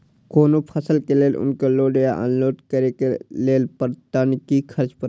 कोनो फसल के लेल उनकर लोड या अनलोड करे के लेल पर टन कि खर्च परत?